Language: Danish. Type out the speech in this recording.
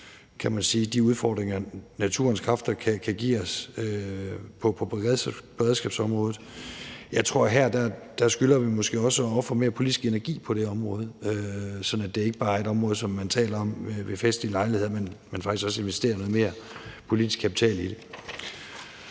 kan man sige, de udfordringer, naturens kræfter kan give os på beredskabsområdet? Jeg tror, at vi på det område måske også skylder at ofre mere politisk energi, så det ikke bare er et område, som man taler om ved festlige lejligheder, men faktisk også investerer noget mere politisk kapital i.